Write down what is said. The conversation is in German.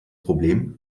problem